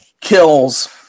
kills